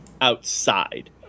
outside